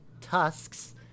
tusks